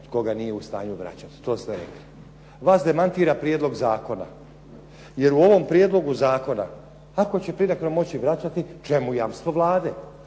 tko ga nije u stanju vraćati. To ste rekli. Vas demantira prijedlog zakona. Jer u ovom prijedlogu zakona, kako će Plinacro moći vraćati, čemu jamstvo vlade,